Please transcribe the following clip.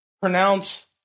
pronounce